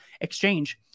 exchange